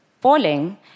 Falling